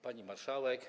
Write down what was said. Pani Marszałek!